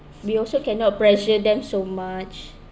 we also cannot pressure them so much